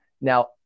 Now